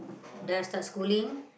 then I start schooling